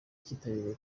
kitabiriwe